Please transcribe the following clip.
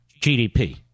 GDP